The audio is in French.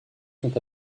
sont